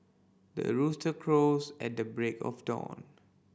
the rooster crows at the break of dawn